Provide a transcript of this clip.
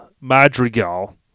Madrigal